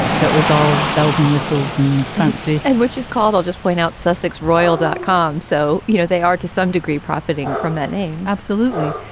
that was all bells and whistles and fancy end, and which is called, i'll just point out, sussex royal dot com. so, you know, they are to some degree profiting from that name absolutely.